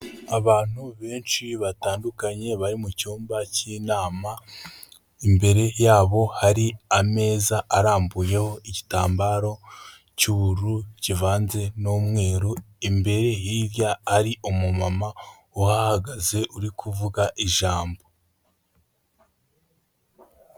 Abantu benshi batandukanye bari mu cyumba cy'inama, imbere yabo hari ameza arambuyeho igitambaro cy'ubururu kivanze n'umweru, imbere hirya ari umumama uhahagaze uri kuvuga ijambo.